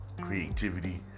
creativity